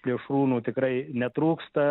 plėšrūnų tikrai netrūksta